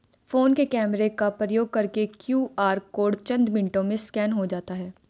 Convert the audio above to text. phone के camera का प्रयोग करके क्यू.आर कोड चंद मिनटों में स्कैन हो जाता है